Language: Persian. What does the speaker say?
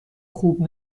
خوب